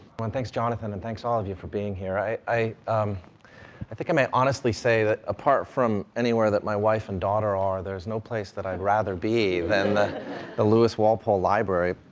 well, thanks, jonathan, and thanks, all of you, for being here. i i think i may honesty say that apart from anywhere that my wife and daughter are, there's no place that i'd rather be than the lewis walpole library.